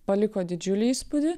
paliko didžiulį įspūdį